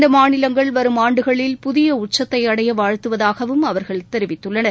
இந்த மாநிலங்கள் வரும் ஆண்டுகளில் புதிய உச்சத்தை அடைய வாழ்த்துவதாகவும் அவர்கள் தெரிவித்துள்ளன்